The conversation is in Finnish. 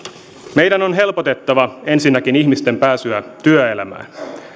meidän on helpotettava ensinnäkin ihmisten pääsyä työelämään